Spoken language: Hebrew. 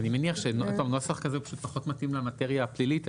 אני מניח שנוסח כזה פחות מתאים למטריה הפלילית.